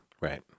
Right